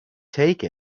take